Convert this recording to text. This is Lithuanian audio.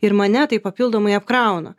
ir mane tai papildomai apkrauna